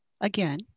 Again